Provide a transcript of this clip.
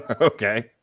Okay